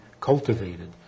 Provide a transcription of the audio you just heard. cultivated